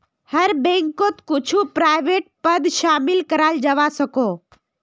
हर बैंकोत कुछु प्राइवेट पद शामिल कराल जवा सकोह